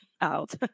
out